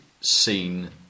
seen